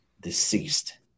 deceased